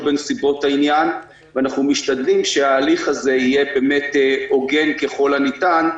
בנסיבות העניין ואנחנו משתדלים שההליך הזה יהיה באמת הוגן ככל הניתן,